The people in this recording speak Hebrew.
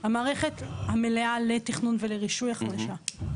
המערכת המלאה לתכנון ולרישוי, החדשה.